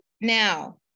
now